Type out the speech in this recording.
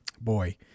boy